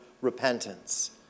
repentance